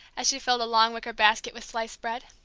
as she filled a long wicker basket with sliced bread.